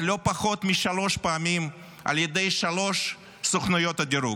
לא פחות משלוש פעמים על ידי שלוש סוכנויות הדירוג: